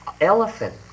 Elephant